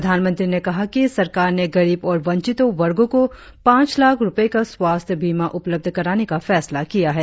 प्रधानमंत्री ने कहा कि सरकार ने गरीब और वंचितों वर्गों को पांच लाख रुपये का स्वास्थ्य बीमा उपलब्ध कराने का फैसला किया है